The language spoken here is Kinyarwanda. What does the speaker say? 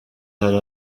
hari